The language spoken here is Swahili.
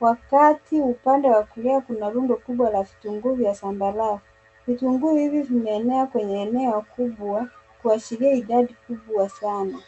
wakati upande wa kulia kuna rundo kubwa la vitunguu vya zambarau . Vitunguu hivi vimeenea kwenye eneo kubwa kuashiria idadi kubwa sana.